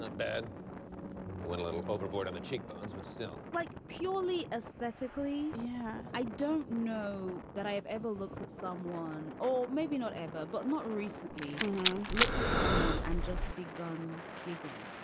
ah bad i went a little overboard on the cheekbones, but still like purely aesthetically. yeah. i don't know that i have ever looks at someone. or maybe not ever, but not recently looked at someone and just begun giggling.